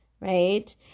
right